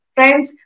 Friends